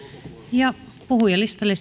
ja puhujalistalle